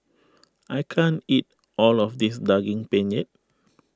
I can't eat all of this Daging Penyet